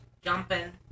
jumping